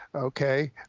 okay.